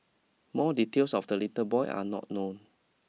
more details of the little boy are not known